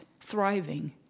thriving